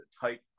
type